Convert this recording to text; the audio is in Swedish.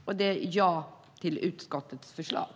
Jag yrkar bifall till utskottets förslag.